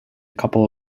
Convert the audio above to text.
couple